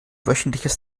wöchentliches